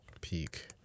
Peak